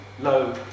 low